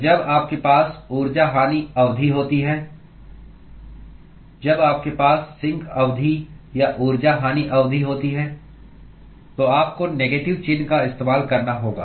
तो जब आपके पास ऊर्जा हानि अवधि होती है जब आपके पास सिंक अवधि या ऊर्जा हानि अवधि होता है तो आपको नेगेटिव चिह्न का इस्तेमाल करना होगा